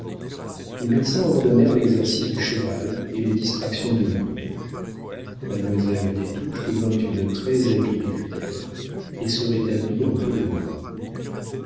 les médecins ordonnèrent l'exercice du cheval et les distractions du monde mademoiselle des touches devint une très-habile écuyère et se rétablit en peu de mois